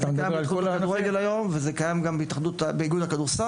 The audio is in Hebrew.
זה קיים גם באיגוד הכדורסל,